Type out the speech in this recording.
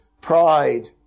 Pride